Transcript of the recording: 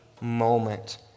moment